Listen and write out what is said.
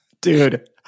Dude